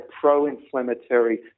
pro-inflammatory